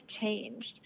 changed